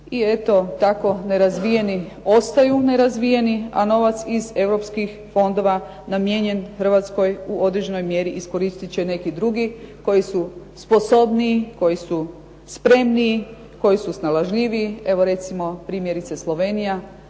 I eto tako nerazvijeni ostaju nerazvijeni, a novac iz europskih fondova namijenjen Hrvatskoj u određenoj mjeri iskoristit će neki drugi koji su sposobniji, koji su spremniji, koji su snalažljiviji. Evo recimo primjerice Slovenija.